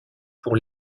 pour